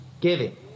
giving